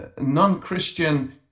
non-Christian